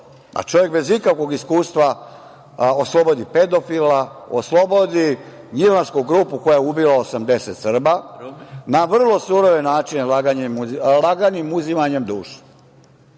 a čovek bez ikakvog iskustva oslobodi pedofila, oslobodi „Gnjilansku grupu“ koja je ubila 80 Srba, na vrlo surove načine „laganim uzimanjem duše“.